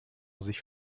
sich